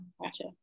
Gotcha